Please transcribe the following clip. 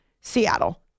Seattle